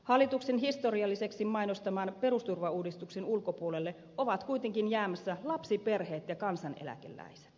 hallituksen historialliseksi mainostaman perusturvauudistuksen ulkopuolelle ovat kuitenkin jäämässä lapsiperheet ja kansaneläkeläiset